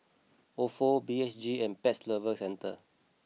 Ofo B H G and Pet Lovers Centre